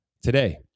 Today